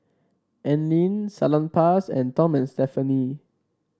Anlene Salonpas and Tom amnd Stephanie